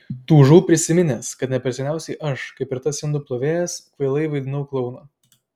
tūžau prisiminęs kad ne per seniausiai aš kaip ir tas indų plovėjas kvailai vaidinau klouną